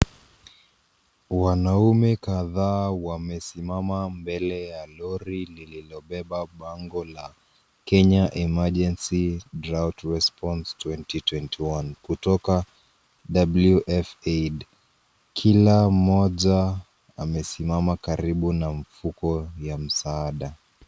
Wanaume kadhaa wamesimama mbele ya lori lililobeba bango la Kenya Emergency Drought Response 2021 kutoka WF Aid . Kila mmoja amesimama karibu na mfuko ya msaada.